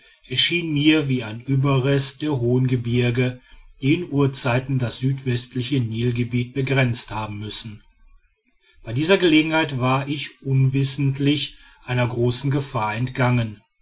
erschien mir wie ein überrest der hohen gebirge die in urzeiten das südwestliche nilgebiet begrenzt haben müssen bei dieser gelegenheit war ich unwissentlich einer großen gefahr entgangen